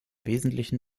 wesentlichen